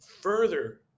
further